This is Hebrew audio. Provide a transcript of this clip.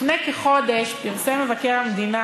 לפני כחודש פרסם מבקר המדינה